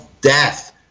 death